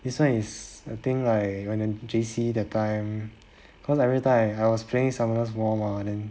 this [one] is a thing like when in J_C that time cause everytime I was playing summoners war mah then